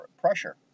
pressure